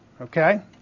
okay